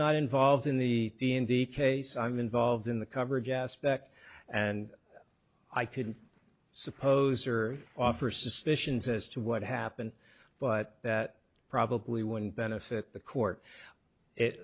not involved in the d n d case i'm involved in the coverage aspect and i could suppose or offer suspicions as to what happened but that probably wouldn't benefit the court it